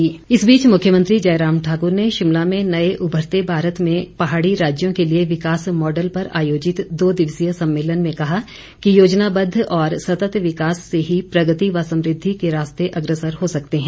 जयराम इस बीच मुख्यमंत्री जयराम ठाक्र ने शिमला में नए उभरते भारत में पहाड़ी राज्यों के लिए विकास मॉडल पर आयोजित दो दिवसीय सम्मेलन में कहा कि योजनाबद्व और सतत विकास से ही प्रगति व समुद्दि के रास्ते अग्रसर हो सकते हैं